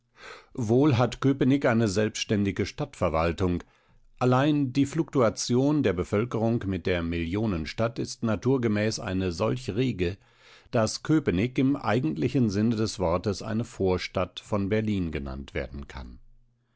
wohl hat köpenick eine selbständige stadtverwaltung allein die fluktuation der bevölkerung mit der millionenstadt ist naturgemäß eine solch rege daß köpenick im eigentlichen sinne des wortes eine vorstadt von berlin genannt werden kann